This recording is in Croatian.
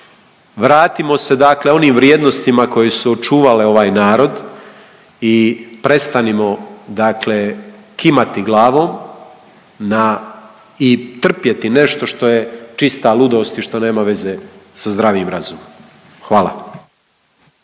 vratimo se dakle onim vrijednostima koje su očuvale ovaj narod i prestanimo dakle kimati glavom na i trpjeti nešto što je čista ludost i što nema veze sa zdravim razumom, hvala.